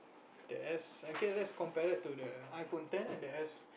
there's okay let's compare that to the I phone ten and the S